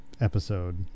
episode